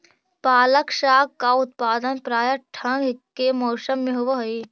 पालक साग का उत्पादन प्रायः ठंड के मौसम में होव हई